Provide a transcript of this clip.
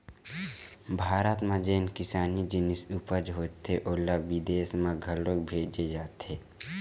भारत म जेन किसानी जिनिस उपज होथे ओला बिदेस म घलोक भेजे जाथे